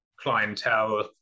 clientele